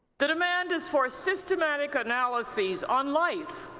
the demand is for systematic analyses on life,